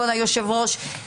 כבוד היושב-ראש,